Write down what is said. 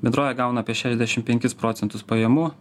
bendrovė gauna apie šešiasdešim penkis procentus pajamų